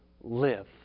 live